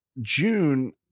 June